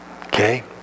Okay